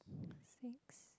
six